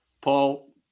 Paul